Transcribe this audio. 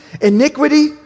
iniquity